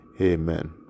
amen